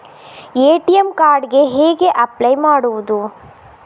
ATM card ಗೆ ಹೇಗೆ apply ಮಾಡುವುದು?